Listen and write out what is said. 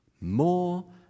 more